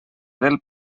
del